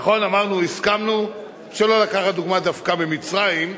נכון, אמרנו, הסכמנו שלא לקחת דוגמה דווקא ממצרים,